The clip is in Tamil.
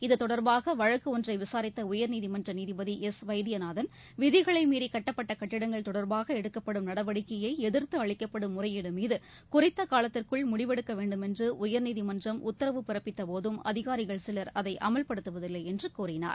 இத்தொடர்பாக வழக்கு ஒன்றை விசாரித்த உயர்நீதிமன்ற நீதிபதி எஸ் வைத்தியநாதன் விதிகளை மீறி கட்டப்பட்ட கட்டிடங்கள் தொடர்பாக எடுக்கப்படும் நடவடிக்கையை எதிர்த்து அளிக்கப்படும் முறையீடு மீது குறித்த காலத்திற்குள் முடிவெடுக்க வேண்டும் என்று உயர்நீதிமன்றம் உத்தரவு பிறப்பித்த போதும் அதிகாரிகள் சிலர் அதை அமல்படுத்துவதில்லை என்று கூறினார்